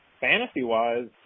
Fantasy-wise